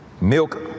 milk